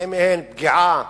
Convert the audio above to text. האם אין פגיעה